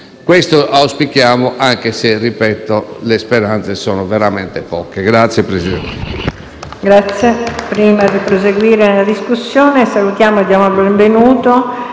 Questo auspichiamo anche se, ripeto, le speranze sono veramente poche. *(Applausi